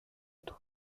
του